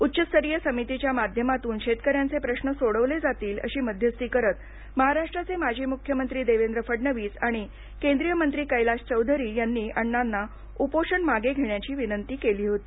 उच्चस्तरीय समितीच्या माध्यमातून शेतकऱ्यांचे प्रश्न सोडवले जातील अशी मध्यस्थी करत महाराष्ट्राचे माजी मुख्यमंत्री देवेंद्र फडणवीस आणि केंद्रीय मंत्री कैलाश चौधरी यांनी अण्णांना उपोषण मागे घेण्याची विनंती केली होती